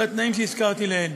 לתנאים שהזכרתי לעיל.